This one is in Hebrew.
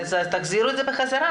אז תחזירו את זה בחזרה.